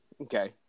Okay